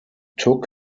took